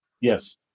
Yes